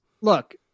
Look